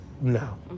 No